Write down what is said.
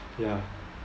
ya